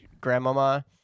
Grandmama